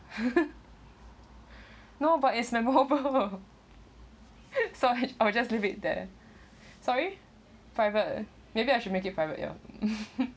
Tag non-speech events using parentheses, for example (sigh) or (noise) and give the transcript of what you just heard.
(laughs) no but it's lenovo (laughs) so I will just leave it there sorry private maybe I should make it private ya (laughs)